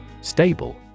Stable